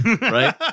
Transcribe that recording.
right